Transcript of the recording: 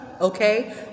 Okay